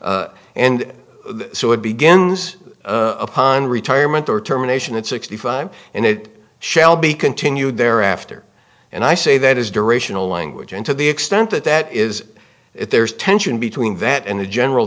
and so it begins upon retirement or terminations at sixty five and it shall be continued thereafter and i say that is durational language and to the extent that that is if there is tension between that and the general